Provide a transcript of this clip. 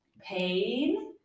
pain